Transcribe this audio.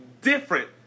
different